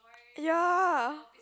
ya